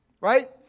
right